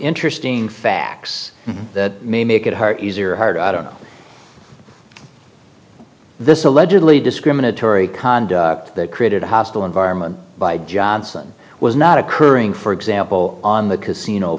interesting facts that may make it hard easy or hard i don't know if this allegedly discriminatory conduct that created a hostile environment by johnson was not occurring for example on the casino